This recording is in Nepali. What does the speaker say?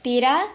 तेह्र